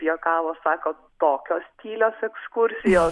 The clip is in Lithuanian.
juokavo sako tokios tylios ekskursijos